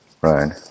Right